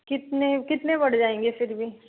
कितने कितने बढ़ जाएँगे फिर भी